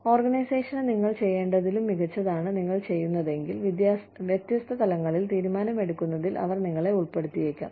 ഓർഗനൈസേഷന് നിങ്ങൾ ചെയ്യേണ്ടതിലും മികച്ചതാണ് നിങ്ങൾ ചെയ്യുന്നതെങ്കിൽ വ്യത്യസ്ത തലങ്ങളിൽ തീരുമാനമെടുക്കുന്നതിൽ അവർ നിങ്ങളെ ഉൾപ്പെടുത്തിയേക്കാം